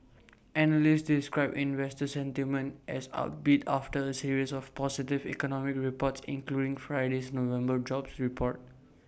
analysts described investor sentiment as upbeat after A series of positive economic reports including Friday's November jobs report